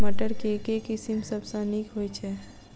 मटर केँ के किसिम सबसँ नीक होइ छै?